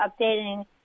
updating